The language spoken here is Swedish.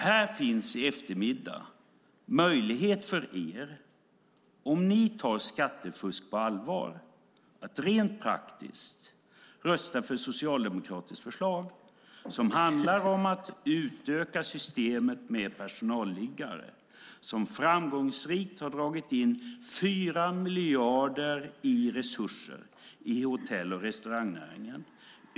Här finns i eftermiddag - om ni tar skattefusk på allvar - en möjlighet för er att rent praktiskt rösta för ett socialdemokratiskt förslag som handlar om att utöka systemet med personalliggare, som framgångsrikt har dragit in 4 miljarder i resurser inom hotell och restaurangnäringen.